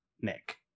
Nick